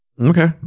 Okay